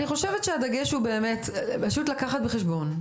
אני חושבת שהדגש הוא לקחת בחשבון,